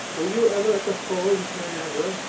were you ever at the falls of niagara?